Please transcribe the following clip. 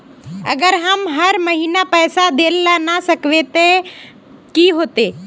अगर हम हर महीना पैसा देल ला न सकवे तब की होते?